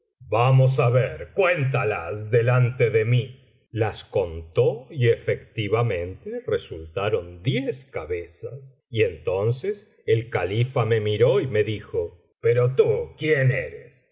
vamos á ver cuéntalas delante de mi las contó y efectivamente resultaron diez cabezas y entonces el califa me miró y me dijo pero tú quién eres